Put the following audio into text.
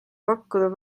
pakkuda